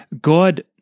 God